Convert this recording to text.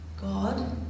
God